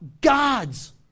God's